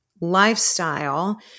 lifestyle